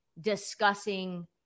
discussing